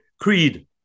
creed